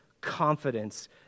confidence